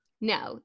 No